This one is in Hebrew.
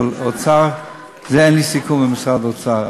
אבל על זה אין לי סיכום עם משרד האוצר.